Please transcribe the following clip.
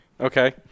Okay